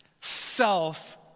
self